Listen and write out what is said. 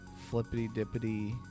flippity-dippity